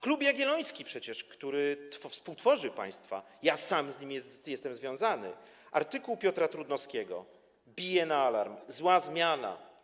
Klub Jagielloński, który współtworzy państwa... ja sam z nim jestem związany, artykuł Piotra Trudnowskiego bije na alarm: „Zła zmiana.